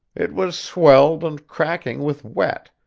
it was swelled and cracking with wet,